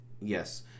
Yes